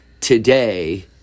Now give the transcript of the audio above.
today—